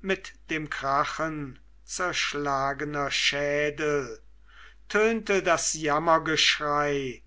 mit dem krachen zerschlagener schädel tönte das jammergeschrei